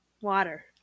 water